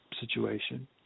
situation